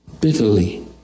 bitterly